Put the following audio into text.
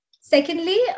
Secondly